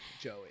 Joey